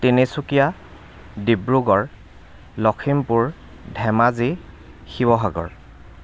Tinsukia Dibrugarh Lakhimpur Dhemaji Sivasagar